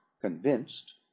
convinced